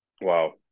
Wow